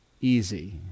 easy